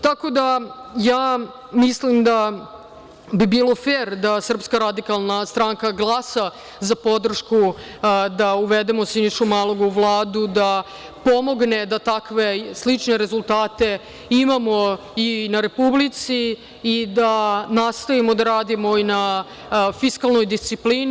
Tako da, ja mislim da bi bilo fer da SRS glasa za podršku da uvedemo Sinišu Malog u Vladu, da pomogne da takve slične rezultate imamo i na Republici i da nastojimo da radimo i na fiskalnoj disciplini.